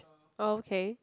oh okay